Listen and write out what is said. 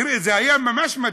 תראה, זה היה ממש מדהים.